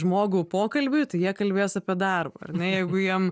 žmogų pokalbiui tai jie kalbės apie darbą ar ne jeigu jiem